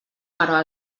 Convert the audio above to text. però